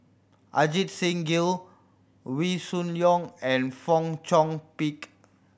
Ajit Singh Gill Wee Shoo Leong and Fong Chong Pik